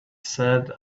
said